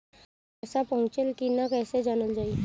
पैसा पहुचल की न कैसे जानल जाइ?